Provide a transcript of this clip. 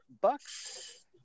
Bucks